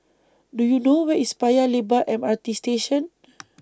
Do YOU know Where IS Paya Lebar M R T Station